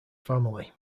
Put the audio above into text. family